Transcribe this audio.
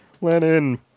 lenin